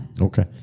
Okay